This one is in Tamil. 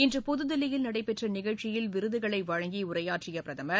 இன்று புதுதில்லியில் நடைபெற்ற நிகழ்ச்சியில் விருதுகளை வழங்கி உரையாற்றிய பிரதமர்